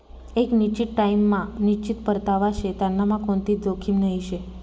एक निश्चित टाइम मा निश्चित परतावा शे त्यांनामा कोणतीच जोखीम नही शे